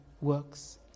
works